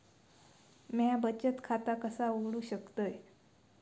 म्या बचत खाता कसा उघडू शकतय?